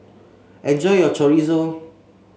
enjoy your Chorizo